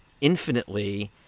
infinitely